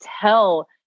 tell